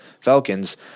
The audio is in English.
Falcons